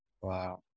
Wow